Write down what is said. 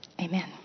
Amen